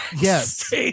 yes